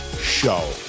Show